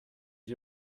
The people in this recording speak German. ich